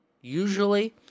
usually